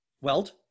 Weld